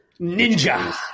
Ninja